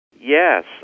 Yes